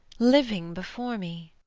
living before me!